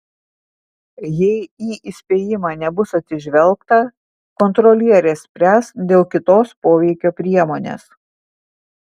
jei į įspėjimą nebus atsižvelgta kontrolierė spręs dėl kitos poveikio priemonės